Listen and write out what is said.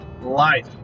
Life